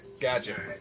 Gotcha